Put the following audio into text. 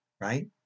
Right